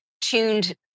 tuned